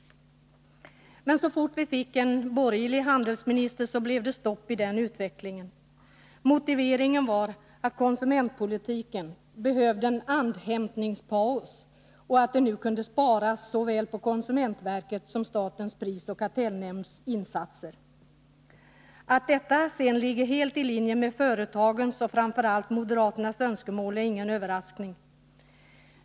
Men så fort vi fick en borgerlig handelsminister blev det stopp i den utvecklingen. Motiveringen var att konsumentpolitiken ”behövde en andhämtningspaus” och att det nu kunde sparas såväl på konsumentverket som på statens prisoch kartellnämnds insatser. Att detta ligger helt i linje med företagens och framför allt moderaternas önskemål är ingen överraskning.